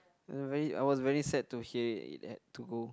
very I was very sad to hear it it had to go